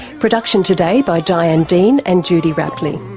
production today by diane dean and judy rapley.